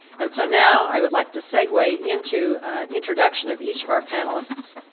and so now i would like to segue into an introduction of each of our panelists.